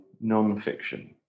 non-fiction